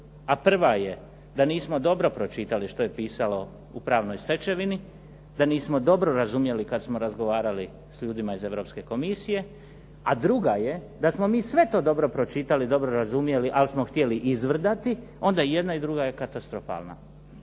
a prva je da nismo dobro pročitali što je pisalo u pravnoj stečevini, da nismo dobro razumjeli kada smo razgovarali sa ljudima iz Europske komisije. A druga je da smo mi sve to dobro pročitali, dobro razumjeli ali smo htjeli izvrdati, onda je jedna i druga katastrofalna.